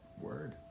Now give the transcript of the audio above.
Word